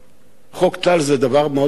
חוק טל זה דבר מאוד מאוד חשוב,